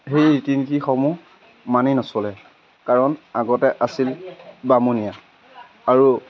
সেই ৰীতি নীতিসমূহ মানি নচলে কাৰণ আগতে আছিল বামুণীয়া আৰু